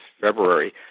February